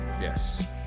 yes